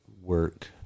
work